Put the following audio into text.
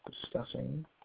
discussing